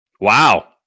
Wow